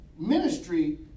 ministry